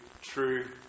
true